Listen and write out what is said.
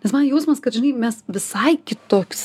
nes man jausmas kad žinai mes visai kitoks